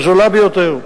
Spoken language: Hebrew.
הזולה ביותר,